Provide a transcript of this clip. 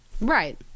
Right